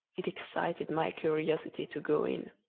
it excited my curiosity to go in.